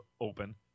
open